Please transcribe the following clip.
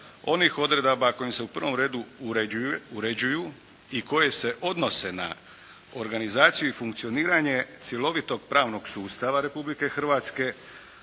onih odredaba kojim se u prvom redu uređuju i koje se odnose na organizaciju i funkcioniranje cjelovitog pravnog sustava Republike Hrvatske,